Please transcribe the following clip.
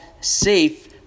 safe